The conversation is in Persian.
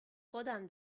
خودم